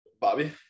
Bobby